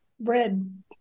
red